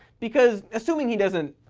because, assuming he doesn't,